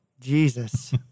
Jesus